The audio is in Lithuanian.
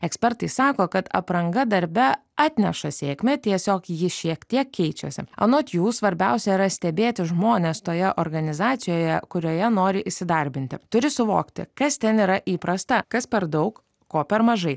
ekspertai sako kad apranga darbe atneša sėkmę tiesiog ji šiek tiek keičiasi anot jų svarbiausia yra stebėti žmones toje organizacijoje kurioje nori įsidarbinti turi suvokti kas ten yra įprasta kas per daug ko per mažai